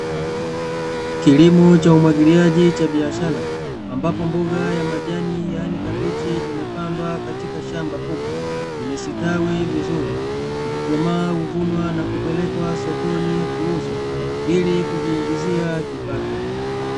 Kilimo cha umwagiliaji cha biashara, ambapo mboga ya majani, yaani kabichi imepandwa katika shamba kubwa, imestawi vizuri, ikikomaa huvunwa na kupelekwa sokoni kuuzwa ili kujiingizia kipato.